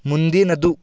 ಮುಂದಿನದು